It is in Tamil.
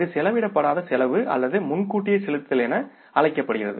இது செலவிடப்படாத செலவு அல்லது முன்கூட்டியே செலுத்துதல் என அழைக்கப்படுகிறது